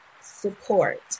support